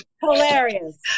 Hilarious